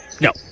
No